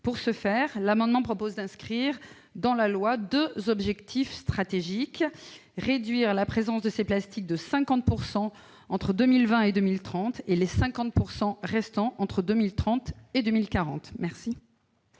Pour ce faire, nous proposons d'inscrire dans la loi deux objectifs stratégiques : réduire la présence de ces plastiques de 50 % entre 2020 et 2030, et les 50 % restants entre 2030 et 2040. Quel